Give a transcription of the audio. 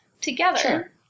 together